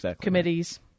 committees